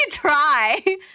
Try